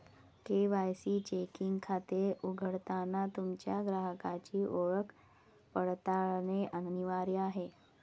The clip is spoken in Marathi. के.वाय.सी चेकिंग खाते उघडताना तुमच्या ग्राहकाची ओळख पडताळणे अनिवार्य आहे